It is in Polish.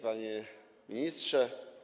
Panie Ministrze!